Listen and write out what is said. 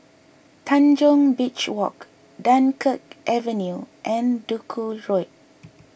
Tanjong Beach Walk Dunkirk Avenue and Duku Road